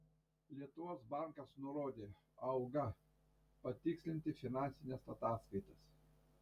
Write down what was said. lietuvos bankas nurodė auga patikslinti finansines ataskaitas